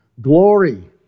Glory